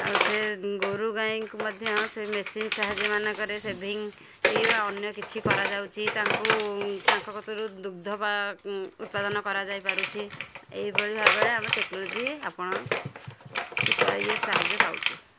ଆଉ ସେ ଗୋରୁଗାଈଙ୍କୁ ମଧ୍ୟ ସେ ମେସିନ୍ ସାହାଯ୍ୟ ମାନଙ୍କରେ ସେଭିଙ୍ଗ୍ ଇଏ ବା ଅନ୍ୟ କିଛି କରାଯାଉଛି ତାଙ୍କୁ ତାଙ୍କ କତିରୁ ଦୁଗ୍ଧ ବା ଉତ୍ପାଦନ କରାଯାଇପାରୁଛି ଏଇଭଳି ଭାବରେ ଆମେ ଟେକ୍ନୋଲୋଜି ଆପଣ ଉପାୟରେ ସାହାଯ୍ୟ ପାଉଛୁ